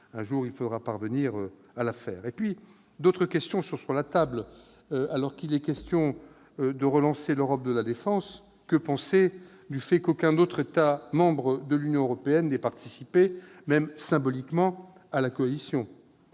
un jour il faudra parvenir à la faire. Et puis, alors qu'il est question de relancer l'Europe de la défense, que penser du fait qu'aucun autre État membre de l'Union européenne n'ait participé, même symboliquement, à la coalition ?